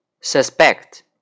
suspect